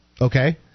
Okay